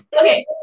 okay